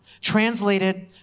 Translated